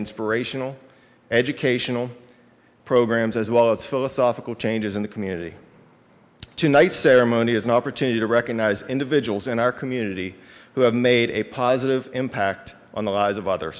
inspirational educational programs as well as philosophical changes in the community tonight ceremony as an opportunity to recognize individuals in our community who have made a positive impact on the lives of other